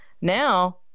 Now